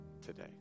today